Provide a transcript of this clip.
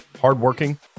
hardworking